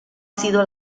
sido